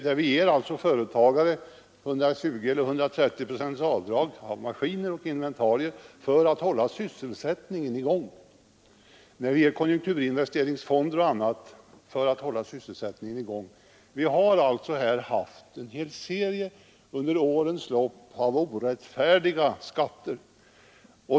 Här ger vi en företagare 120 eller 130 procents avdrag på maskiner och inventarier för att hålla sysselsättningen i gång. Vi har här under årens lopp alltså haft en hel serie av orättfärdiga skatter.